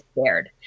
scared